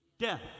death